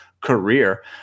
career